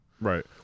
Right